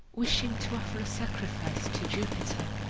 wishing to offer a sacrifice to jupiter,